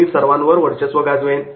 मी सर्वांवर वर्चस्व गाजवेन